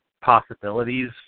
possibilities